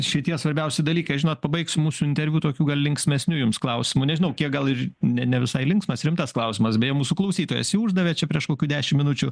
šitie svarbiausi dalykai žinot pabaigsiu mūsų interviu tokiu gal linksmesniu jums klausimu nežinau gal ir ne ne visai linksmas rimtas klausimas beje mūsų klausytojas jį uždavė čia prieš kokių dešimt minučių